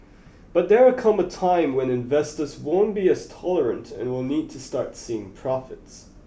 but there come a time when investors won't be as tolerant and will need to start seeing profits